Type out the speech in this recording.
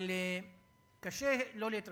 אבל קשה לא להתרשם,